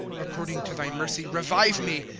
according to thy mercy revive me.